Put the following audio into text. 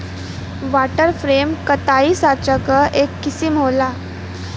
water frame कताई साँचा क एक किसिम होला